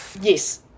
Yes